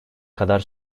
kadar